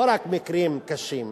לא רק מקרים קשים,